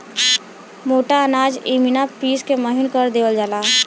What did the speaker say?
मोटा अनाज इमिना पिस के महीन कर देवल जाला